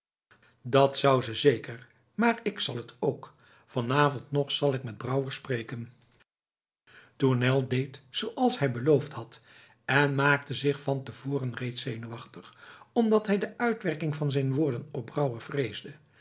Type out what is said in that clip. dat zou ze zeker maar ik zal het ook van avond nog zal ik met brouwer spreken tournel deed zooals hij beloofd had en maakte zich van te voren reeds zenuwachtig omdat hij de uitwerking van zijn woorden op brouwer vreesde